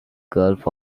gulf